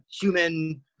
human